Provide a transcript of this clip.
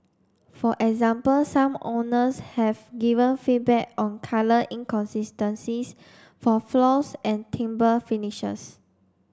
for example some owners have given feedback on colour inconsistencies for floors and timber finishes